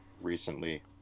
recently